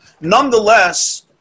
Nonetheless